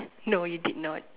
no you did not